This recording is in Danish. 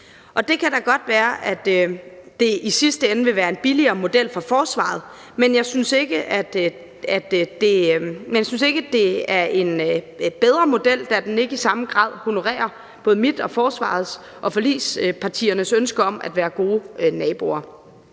Det kan da godt være, at det i sidste ende vil være en billigere model for forsvaret, men jeg synes ikke, at det er en bedre model, da den ikke i samme grad honorerer både mit, forsvarets og forligspartiernes ønske om at være gode naboer.